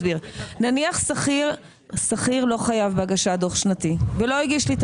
נניח שכיר לא חייב בהגשת דוח שנתי ולא הגיש לי את